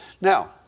Now